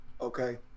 okay